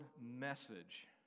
message